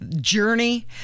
journey